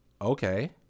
okay